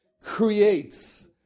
creates